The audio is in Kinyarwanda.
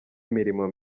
imirimo